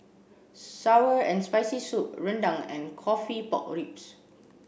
sour and spicy soup Rendang and coffee pork ribs